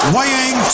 Weighing